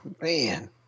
Man